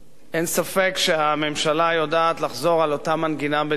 אין ספק שהממשלה יודעת לחזור על אותה מנגינה בדיוק,